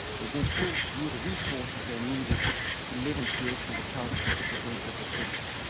the goncourts drew the resources they needed to live and create from the cult of their own subjectivity.